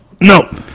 Nope